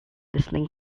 listening